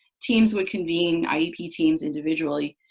teams would convene, iep teams individually,